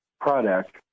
product